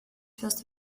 first